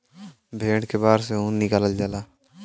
भेड़ के बार से ऊन निकालल जाला